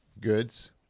goods